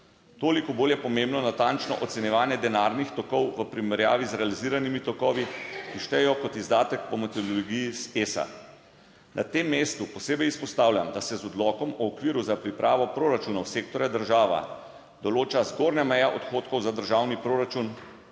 Toliko bolj je pomembno natančno ocenjevanje denarnih tokov v primerjavi z realiziranimi tokovi, ki štejejo kot izdatek po metodologiji ESAP. Na tem mestu posebej izpostavljam, da se z Odlokom o okviru za pripravo proračunov sektorja država določa zgornja meja odhodkov za državni proračun,